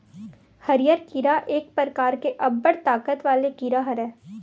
हरियर कीरा एक परकार के अब्बड़ ताकत वाले कीरा हरय